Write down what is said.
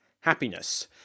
happiness